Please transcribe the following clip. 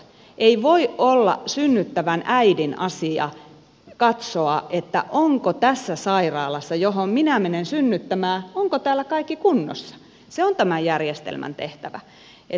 ei voi olla synnyttävän äidin asia katsoa onko tässä sairaalassa johon minä menen synnyttämään kaikki kunnossa se on tämän järjestelmän tehtävä